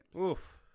Oof